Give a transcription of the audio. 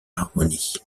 harmonie